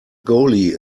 goalie